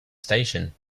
station